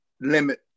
limit